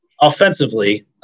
Offensively